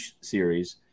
series